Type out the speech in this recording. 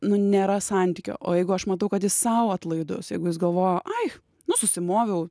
nėra santykio o jeigu aš matau kad jis sau atlaidus jeigu jis galvoja ai nu susimoviau